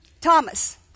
Thomas